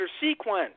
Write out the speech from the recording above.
sequence